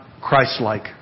Christ-like